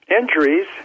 injuries